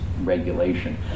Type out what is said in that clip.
regulation